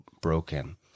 broken